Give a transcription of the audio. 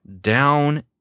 down